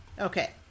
Okay